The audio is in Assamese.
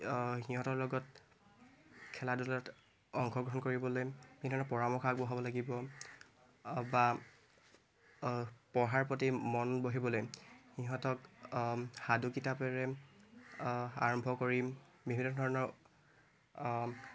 সিহঁতৰ লগত খেলা ধূলাত অংশগ্ৰহণ কৰিবলৈ সিহঁতলৈ পৰামৰ্শ আগবঢ়াব লাগিব বা পঢ়াৰ প্ৰতি মন বহিবলৈ সিহঁতক সাধু কিতাপেৰে আৰম্ভ কৰি বিভিন্ন ধৰণৰ